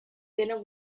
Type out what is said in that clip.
denok